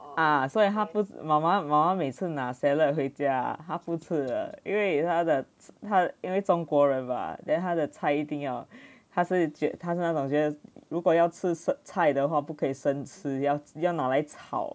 ah 所以她不妈妈妈妈每次拿 salad 回家她不吃的因为她的因为中国人吗 then 她的菜一定要她是觉她是那种觉得要吃菜的不可以生吃要要拿来炒